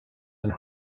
and